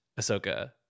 Ahsoka